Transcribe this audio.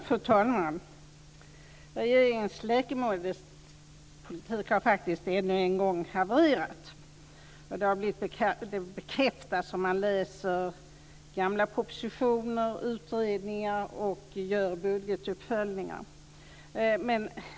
Fru talman! Regeringens läkemedelspolitik har faktiskt ännu en gång havererat. Det bekräftas om man läser gamla propositioner och utredningar och gör budgetuppföljningar.